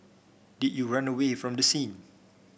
did you run away from the scene